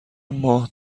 ماه